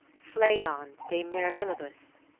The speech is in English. phlegon de mirabilibus,